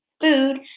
food